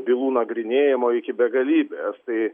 bylų nagrinėjimo iki begalybės tai